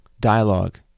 dialogue